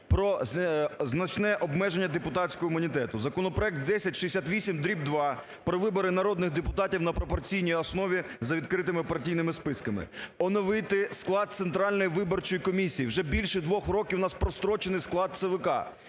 про значне обмеження депутатського імунітету. Законопроект 1068/2 про вибори народних депутатів на пропорційні основі за відкритими партійними списками. Оновити склад Центральної виборчої комісії. Вже більше двох років в нас прострочений склад ЦВК.